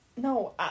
No